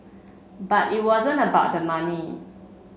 but it wasn't about the money